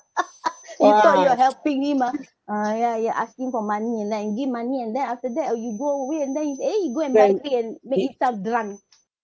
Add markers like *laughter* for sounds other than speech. *laughs* you thought you are helping him ah *breath* uh ya you're asking for money and then I give money and then after that oh you go away and then is eh he go and buy drink and make himself drunk